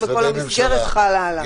וכל המסגרת חלה עליו.